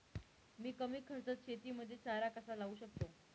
मी कमी खर्चात शेतीमध्ये चारा कसा लावू शकतो?